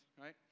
right